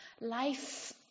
life